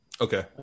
Okay